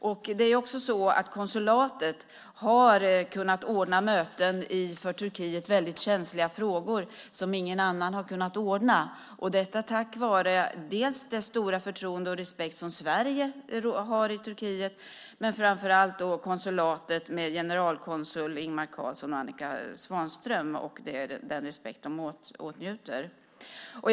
Konsulatet har kunnat ordna möten i för Turkiet väldigt känsliga frågor, som ingen annan har kunnat ordna, detta tack vare det stora förtroende och den stora respekt som dels Sverige, dels, och framför allt, konsulatet, med generalkonsul Ingmar Karlsson och Annika Svanström, åtnjuter i Turkiet.